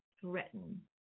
threaten